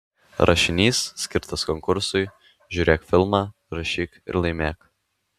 rašinys skirtas konkursui žiūrėk filmą rašyk ir laimėk